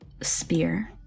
spear